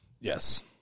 Yes